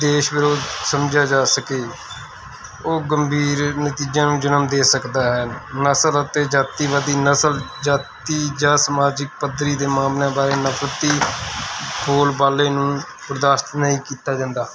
ਦੇਸ਼ ਵਿਰੋਧ ਸਮਝਿਆ ਜਾ ਸਕੇ ਉਹ ਗੰਭੀਰ ਨਤੀਜਿਆਂ ਨੂੰ ਜਨਮ ਦੇ ਸਕਦਾ ਹੈ ਨਸਲ ਅਤੇ ਜਾਤੀਵਾਦੀ ਨਸਲ ਜਾਤੀ ਜਾਂ ਸਮਾਜਿਕ ਪੱਧਰ ਦੇ ਮਾਮਲਿਆਂ ਬਾਰੇ ਨਫਰਤੀ ਬੋਲਬਾਲੇ ਨੂੰ ਬਰਦਾਸ਼ਤ ਨਹੀ ਕੀਤਾ ਜਾਂਦਾ